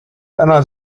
täna